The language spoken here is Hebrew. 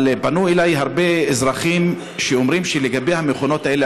אבל פנו אלי הרבה אזרחים שאומרים לגבי המכונות האלה,